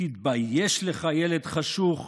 תתבייש לך, ילד חשוך,